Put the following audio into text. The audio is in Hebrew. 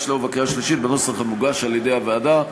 השנייה ובקריאה השלישית בנוסח המוגש על-ידי הוועדה,